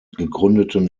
gegründeten